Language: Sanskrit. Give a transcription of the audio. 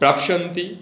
प्राप्स्यन्ति